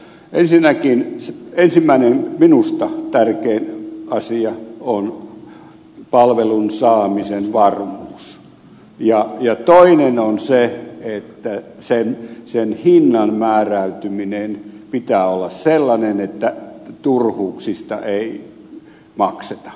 ensinnäkin ensimmäinen minusta tärkein asia on palvelun saamisen varmuus ja toinen on se että sen hinnan määräytymisen pitää olla sellainen että turhuuksista ei makseta